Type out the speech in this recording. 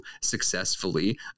successfully